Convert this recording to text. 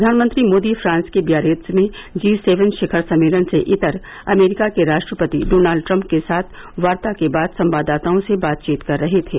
प्रधानमंत्री मोदी फ्रांस के बियारेत्ज में जी सेवन शिखर सम्मेलन से इतर अमरीका के राष्ट्रपति डोनाल्ड ट्रंप के साथ वार्ता के बाद संवाददाताओं से बातचीत कर रहे थे